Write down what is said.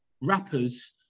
rappers